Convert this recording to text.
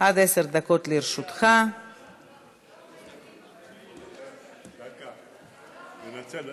שלישית, ונכנסת